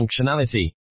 functionality